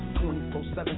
24/7